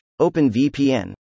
OpenVPN